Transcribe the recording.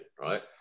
right